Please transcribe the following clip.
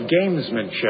gamesmanship